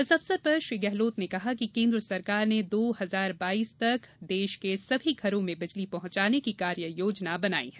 इस अवसर पर श्री गहलोत ने कहा कि केंद्र सरकार ने दो हजार बाईस तक देश के सभी घरों में बिजली पहुंचाने की कार्ययोजना बनाई है